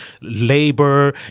labor